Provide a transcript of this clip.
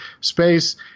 space